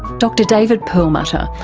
dr david perlmutter,